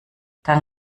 dann